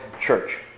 church